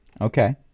Okay